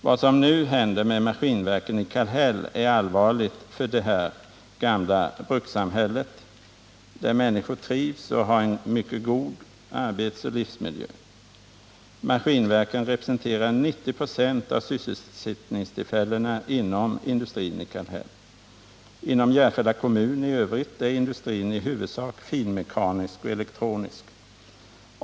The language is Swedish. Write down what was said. Vad som nu händer med Maskinverken i Kallhäll är allvarligt för det här gamla brukssamhället, där människor trivs och har en mycket god arbetsoch livsmiljö. Maskinverken representerar 90 96 av sysselsättningstillfällena inom industrin i Kallhäll. Inom Järfälla kommun i övrigt är industrin i huvudsak finmekanisk och elektronisk.